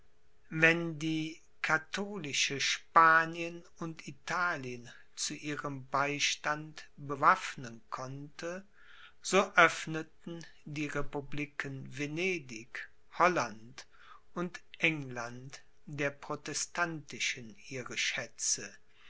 wenn die katholische spanien und italien zu ihrem beistand bewaffnen konnte so öffneten die republiken venedig holland und england der protestantischen ihre schätze